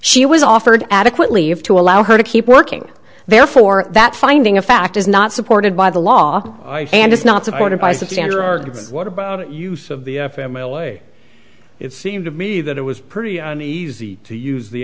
she was offered adequately if to allow her to keep working therefore that finding a fact is not supported by the law and is not supported by substandard arguments what about use of the f m l a it seemed to me that it was pretty and easy to use the